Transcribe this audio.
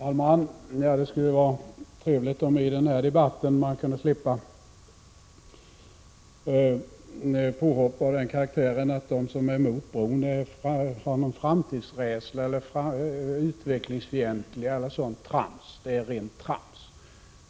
Herr talman! Det skulle vara trevligt om man i den här debatten kunde slippa påhopp av den karaktären att de som är emot bron har framtidsrädsla och är utvecklingsfientliga. Det är rent trams.